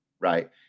right